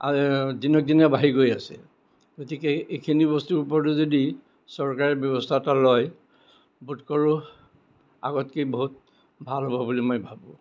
দিনক দিনে বাঢ়ি গৈ আছে গতিকে এইখিনি বস্তুৰ ওপৰতো যদি চৰকাৰে ব্য়ৱস্থা এটা লয় বোধ কৰো আগতকৈ বহুত ভাল হ'ব বুলি মই ভাবোঁ